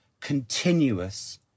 continuous